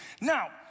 Now